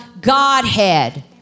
Godhead